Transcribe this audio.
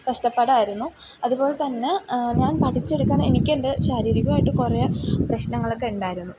കഷ്ടപ്പാടായിരുന്നു അതുപോലെത്തന്നെ ഞാൻ പഠിച്ചെടുക്കാൻ എനിക്കെൻ്റെ ശാരീരികമായിട്ട് കുറേ പ്രശ്നങ്ങളൊക്കെ ഉണ്ടായിരുന്നു